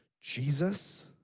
Jesus